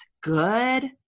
good